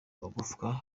amagufwa